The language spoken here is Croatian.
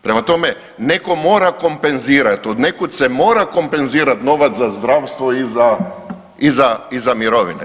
Prema tome, netko mora kompenzirati, od nekud se mora kompenzirati novac za zdravstvo i za mirovine.